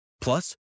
Plus